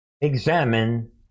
examine